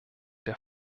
der